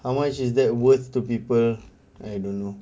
how much is that words to people I don't know